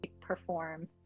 perform